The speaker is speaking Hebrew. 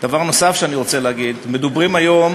דבר נוסף שאני רוצה להגיד: מדברים היום,